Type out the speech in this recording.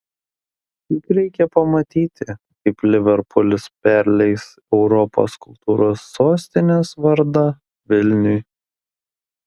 juk reikia pamatyti kaip liverpulis perleis europos kultūros sostinės vardą vilniui